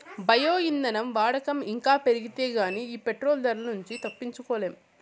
bio ఇంధనం వాడకం ఇంకా పెరిగితే గానీ ఈ పెట్రోలు ధరల నుంచి తప్పించుకోలేం